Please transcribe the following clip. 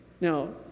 Now